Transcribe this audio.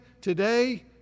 today